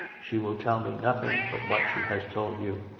she will tell me nothing but what she has told you.